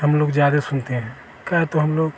हम लोग ज्यादे सुनते हैं क्या है तो हम लोग